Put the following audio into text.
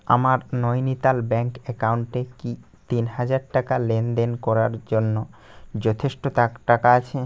আমার নৈনিতাল ব্যাঙ্ক অ্যাকাউন্টে কি তিন হাজার টাকা লেনদেন করার জন্য যথেষ্ট টাক টাকা আছে